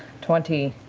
twenty.